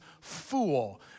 fool